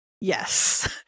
Yes